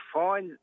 find